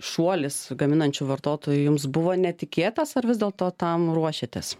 šuolis gaminančių vartotojų jums buvo netikėtas ar vis dėlto tam ruošiatės